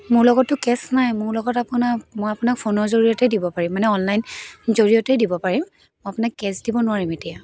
মোৰ লগততো কেছ নাই মোৰ লগত আপোনাৰ মই আপোনাক ফোনৰ জৰিয়তে দিব পাৰিম মানে অনলাইন জৰিয়তে দিব পাৰিম আপোনাক কেছ দিব নোৱাৰিম এতিয়া